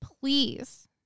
please